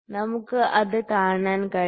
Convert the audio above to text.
നമുക്ക് അത് കാണാൻ കഴിയും